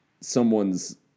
someone's